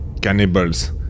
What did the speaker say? cannibals